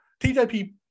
TJP